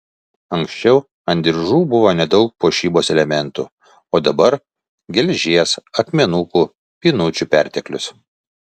anksčiau ant diržų buvo nedaug puošybos elementų o dabar geležies akmenukų pynučių perteklius